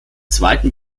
zweiten